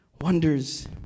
wonders